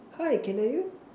hi can hear you